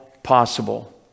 possible